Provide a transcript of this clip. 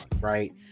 right